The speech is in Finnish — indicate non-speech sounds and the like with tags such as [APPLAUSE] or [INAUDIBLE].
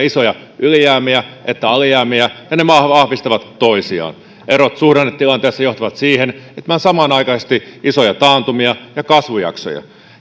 [UNINTELLIGIBLE] isoja ylijäämiä että alijäämiä ja ja ne vahvistavat toisiaan erot suhdannetilanteessa johtavat siihen että on samanaikaisesti isoja taantumia ja kasvujaksoja